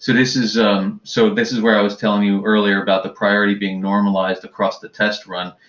this is um so this is where i was telling you earlier about the priority being normalized across the test run.